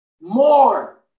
more